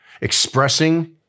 Expressing